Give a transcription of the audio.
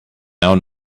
own